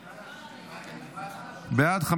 בעד,